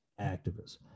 activists